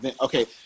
okay